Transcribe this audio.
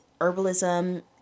herbalism